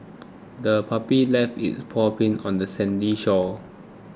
the puppy left its paw prints on the sandy shore